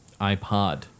iPod